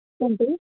ఏంటి